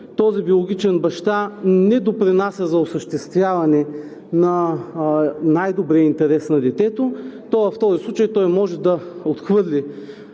този биологичен баща не допринася за осъществяване на най-добрия интерес на детето, то в този случай той може да отхвърли